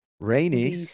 Rainy